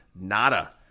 nada